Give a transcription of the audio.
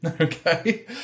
okay